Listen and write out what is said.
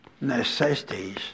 necessities